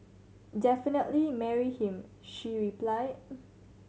definitely marry him she reply